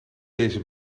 deze